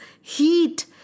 heat